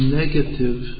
negative